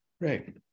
right